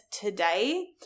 today